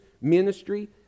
ministry